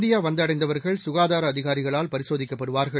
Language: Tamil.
இந்தியா வந்தடைந்தவர்கள் சுகாதார அதிகாரிகள் பரிசோதிக்கப்படுவார்கள்